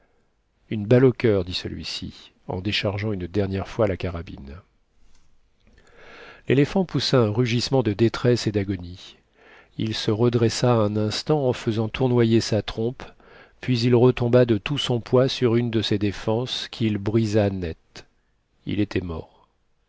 une balle au cur dit celui-ci en déchargeant une dernière fois la carabine l'éléphant poussa un rugissement de détresse et d'agonie il se redressa un instant en faisant tournoyer sa trompe puis il retomba de tout son poids sur une de ses défenses qu'il brisa net il était mort